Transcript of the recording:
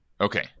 okay